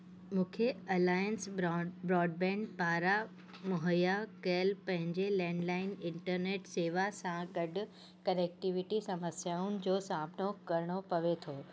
मूंखे अलायंस ब्रॉन ब्रॉडबैंड पारां मुहैया कयलु पंहिंजे लैंडलाइन इंटरनेट सेवा सां गॾु कनेक्टिविटी समस्याउनि जो सामिनो करिणो पवे थो